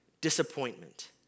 disappointment